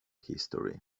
history